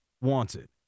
wanted